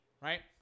right